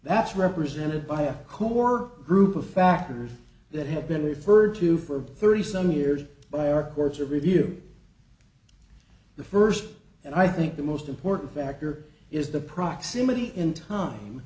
that's represented by a core group of factors that have been referred to for thirty some years by our courts of review the first and i think the most important factor is the proximity in time